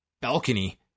balcony